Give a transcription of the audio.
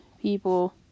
people